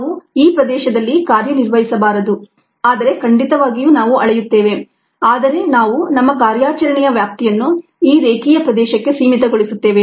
ನಾವು ಈ ಪ್ರದೇಶದಲ್ಲಿ ಕಾರ್ಯನಿರ್ವಹಿಸಬಾರದು ಆದರೆ ಖಂಡಿತವಾಗಿಯೂ ನಾವು ಅಳೆಯುತ್ತೇವೆ ಆದರೆ ನಾವು ನಮ್ಮ ಕಾರ್ಯಾಚರಣೆಯ ವ್ಯಾಪ್ತಿಯನ್ನು ಈ ರೇಖೀಯ ಪ್ರದೇಶಕ್ಕೆ ಸೀಮಿತಗೊಳಿಸುತ್ತೇವೆ